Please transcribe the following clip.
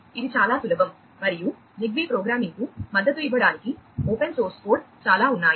ఇది చాలా సులభం మరియు జిగ్బీ ప్రోగ్రామింగ్కు మద్దతు ఇవ్వడానికి ఓపెన్ సోర్స్ కోడ్ చాలా ఉన్నాయి